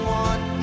one